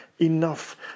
enough